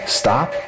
stop